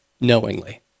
knowingly